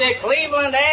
Cleveland